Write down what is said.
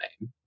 name